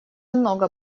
много